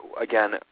Again